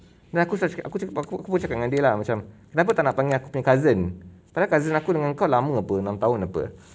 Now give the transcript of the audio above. then aku sudah cakap aku aku aku cakap dengan dia lah macam kenapa tak nak panggil aku punya cousin setakat cousin aku dengan kau lama apa enam tahun apa